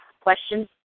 questions